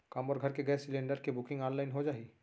का मोर घर के गैस सिलेंडर के बुकिंग ऑनलाइन हो जाही?